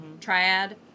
triad